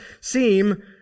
seem